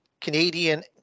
Canadian